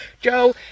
Joe